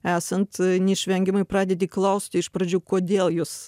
esant neišvengiamai pradedi klausti iš pradžių kodėl jūs